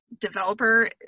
developer